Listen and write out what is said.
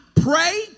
pray